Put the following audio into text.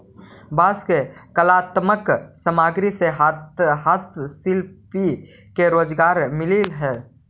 बांस के कलात्मक सामग्रि से हस्तशिल्पि के रोजगार मिलऽ हई